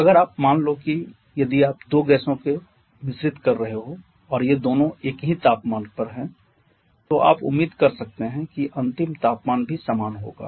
अगर आप मान लो की यदि आप दो गैसों को मिश्रित कर रहे हो और ये दोनों एक ही तापमान पर है तो आप उम्मीद कर सकते हैं कि अंतिम तापमान भी समान होगा